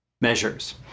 measures